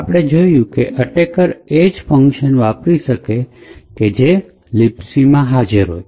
આપને જોયું કે એટેકર એ જ ફંકશન વાપરી શકે કે જે libc મા હાજર હોય